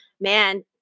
man